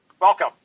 welcome